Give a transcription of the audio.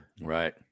Right